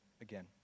again